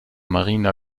marina